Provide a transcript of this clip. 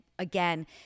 Again